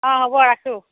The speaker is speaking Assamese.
অঁ হ'ব ৰাখোঁ